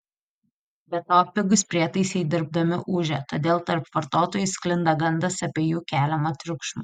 be to pigūs prietaisai dirbdami ūžia todėl tarp vartotojų sklinda gandas apie jų keliamą triukšmą